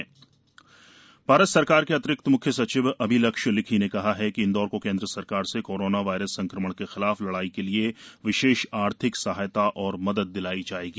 केन्द्र शासन मदद भारत सरकार के अतिरिक्त मुख्य सचिव अभिलक्ष्य लिखी ने कहा कि इंदौर को केंद्र सरकार से कोरोना वायरस संक्रमण के खिलाफ लड़ाई के लिए विषेष थि र्थिक सहायता और मदद दिलवाई जाएगी